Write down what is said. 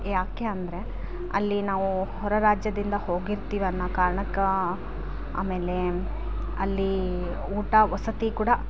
ಯಾಕೆ ಅಂದರೆ ಅಲ್ಲಿ ನಾವು ಹೊರರಾಜ್ಯದಿಂದ ಹೋಗಿರ್ತಿವನ್ನಾ ಕಾರಣಕ್ಕೆ ಆಮೇಲೆ ಅಲ್ಲಿ ಊಟ ವಸತಿ ಕೂಡ